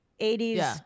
80s